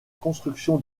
construction